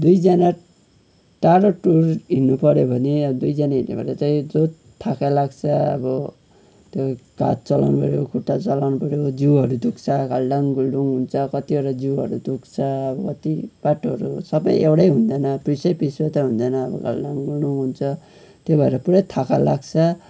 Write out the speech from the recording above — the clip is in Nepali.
दुईजना टाढो टुर हिँड्नुपर्यो भने दुईजना हिँड्यो भने त्यही जो थकाइ लाग्छ अब हात चलाउनुपर्यो खुट्टा चलाउनुपर्यो जिउहरू दुख्छ घाल्डाङ घुल्डुङ हुन्छ कतिवटा जिउहरू दुख्छ कति बाटोहरू सबै एउटै हुँदैन पिचै पिच मात्र हुँदैन अब घाल्डाङ घुल्डुङ हुन्छ त्यो भएर पुरा थकाइ लाग्छ